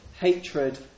hatred